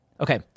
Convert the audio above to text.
Okay